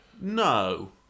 No